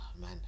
man